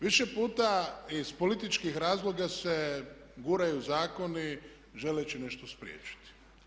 Više puta iz političkih razloga se guraju zakoni želeći nešto spriječiti.